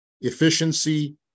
efficiency